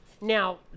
Now